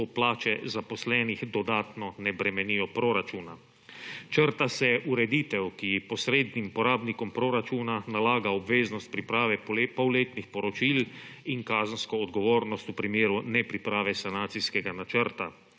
ko plače zaposlenih dodatno ne bremenijo proračuna. Črta se ureditev, ki posrednim porabnikom proračuna nalaga obveznost priprave polletnih poročil in kazensko odgovornost v primeru nepriprave sanacijskega načrta.